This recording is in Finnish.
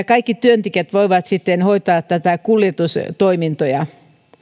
kaikki työntekijät voivat hoitaa näitä kuljetustoimintoja